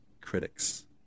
critics